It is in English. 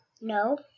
No